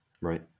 Right